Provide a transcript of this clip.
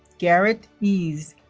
garrett eads